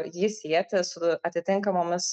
jį sieti su atitinkamomis